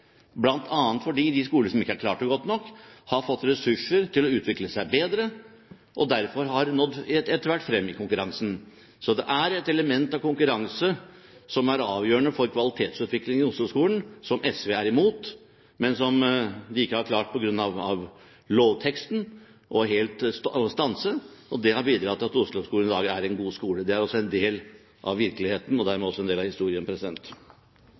bl.a. fordi de skolene som ikke har klart det godt nok, har fått ressurser til å utvikle seg bedre og derfor etter hvert har nådd frem i konkurransen. Så det er et element av konkurranse som er avgjørende for kvalitetsutviklingen i Osloskolen, som SV er imot, men som de ikke har klart å stanse på grunn av lovteksten, og det har bidratt til at Oslo-skolen i dag er en god skole. Det er også en del av virkeligheten og dermed også en del av historien.